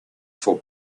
for